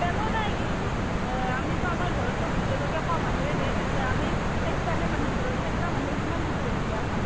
তেলো নাই কিন্তু আমিতো আমাৰ ঘৰততো ভোট জলকীয়া খোৱা মানুহেই নাই এটা আমি চাৰিটা হে মানুহ ঘৰত চাৰিটা মানুহে কিমান ভোট জলকীয়া খাম